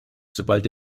sobald